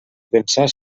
pensar